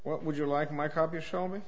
what would you like my copy show me